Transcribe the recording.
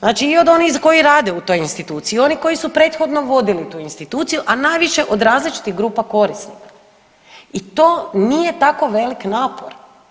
Znači i od onih koji rade u toj instituciji, oni koji su prethodno vodili tu instituciju, a najviše od različitih grupa korisnika i to nije tako velik napor.